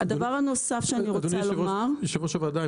הדבר הנוסף שאני רוצה לומר --- אדוני יושב-ראש הוועדה,